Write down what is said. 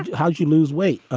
how do you lose weight?